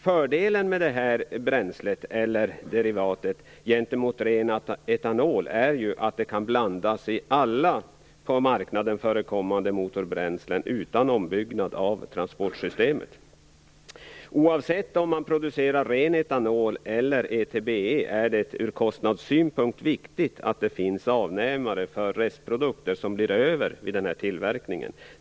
Fördelen med detta bränsle eller derivat jämfört med ren etanol är att det kan blandas i alla på marknaden förekommande motorbränslen utan ombyggnad av transportsystemet. Oavsett om man producerar ren etanol eller ETBE är det ur kostnadssynpunkt viktigt att det finns avnämare för de restprodukter som blir över vid tillverkningen.